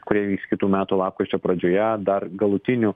kurie vyks kitų metų lapkričio pradžioje dar galutinių